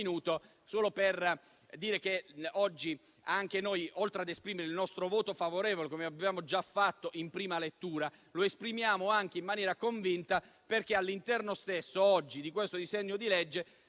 minuto per dire che oggi, oltre ad esprimere il nostro voto favorevole, come avevamo già fatto in prima lettura, lo esprimiamo anche in maniera convinta perché all'interno di questo disegno di legge